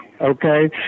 okay